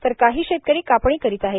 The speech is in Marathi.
तर काही शेतकरी कापणी करीत आहेत